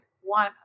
one